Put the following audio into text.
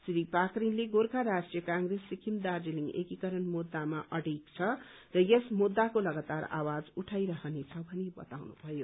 श्री पाख्रीनले गोर्खा राष्ट्रीय कंग्रेस सिक्किम दार्जीलिङ एकिकरण मुद्दामा अडिग छ र यस मुद्दाको लगातार आवाज उठाइरहनेछ भनी बताउनुभयो